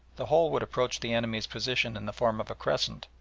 the whole would approach the enemy's position in the form of a crescent,